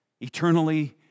eternally